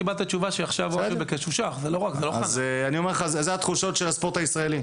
קיבלת תשובה ש --- אז אני אומר לך מהן תחושות הספורט הישראלי.